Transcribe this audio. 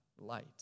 light